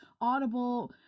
Audible